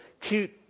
cute